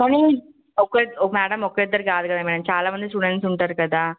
కానీ మ్యాడం ఒక ఇద్దరు కాదు కదా మ్యాడం చాలా మంది స్టూడెంట్స్ ఉంటారు కదా